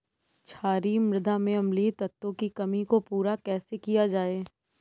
क्षारीए मृदा में अम्लीय तत्वों की कमी को पूरा कैसे किया जाए?